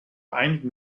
einigen